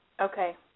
Okay